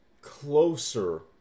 closer